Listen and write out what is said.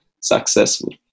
successful